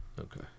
Okay